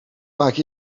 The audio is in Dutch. vaak